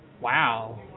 Wow